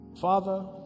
Father